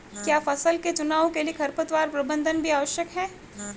क्या फसल के चुनाव के लिए खरपतवार प्रबंधन भी आवश्यक है?